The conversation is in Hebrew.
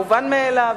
מובן מאליו.